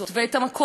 שתמיד היה,